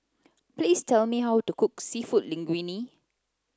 please tell me how to cook Seafood Linguine